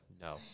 No